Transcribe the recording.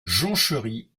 jonchery